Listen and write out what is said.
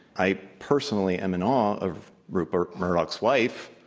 i personally am in awe of rupert murdoch's wife.